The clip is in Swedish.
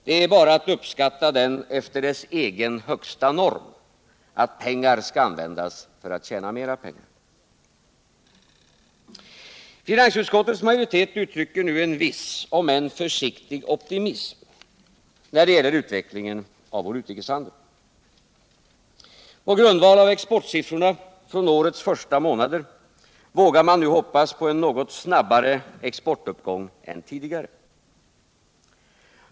Det är bara att uppskatta den efter dess egen högsta norm —att pengar skall användas för att tjäna mera pengar. Finansutskottets majoritet uttrycker nu en viss, om än försiktig optimism när det gäller utvecklingen av vår utrikeshandel. På grundval av exportsiffrorna från årets första månader vågar man nu hoppas på en något snabbare exportuppgång än tidigare.